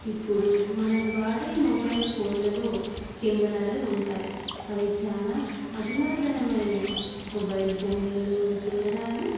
ఇప్పుడు మనం వాడే మొబైల్ ఫోన్లలో కెమెరాలు ఉంటాయి అవి చాలా అధునాతనమైనవి మొబైల్ ఫోన్లలోని కెమెరాలు